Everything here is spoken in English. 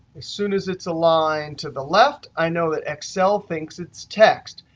as soon as it's aligned to the left, i know that excel thinks it's text.